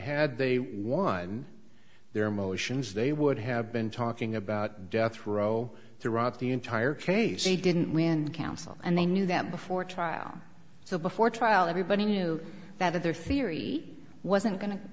had they won their motions they would have been talking about death row throughout the entire case they didn't win counsel and they knew them before trial so before trial everybody knew that that their theory wasn't go